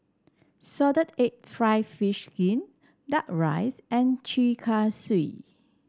Salted Egg fried fish skin duck rice and Chi Kak Kuih